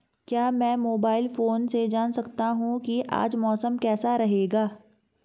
क्या मैं mobile phone से जान सकता हूँ कि आज मौसम कैसा रहेगा?